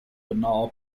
banal